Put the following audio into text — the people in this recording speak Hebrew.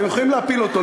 אתם יכולים להפיל אותו.